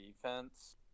defense